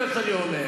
במה שאני אומר?